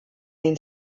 den